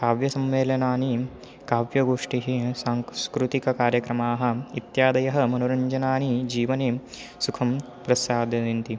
काव्यसम्मेलनानि काव्यगोष्टिः सांस्कृतिककार्यक्रमाः इत्यादयः मनोरञ्जनानि जीवने सुखं प्रसादयन्ति